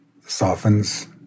softens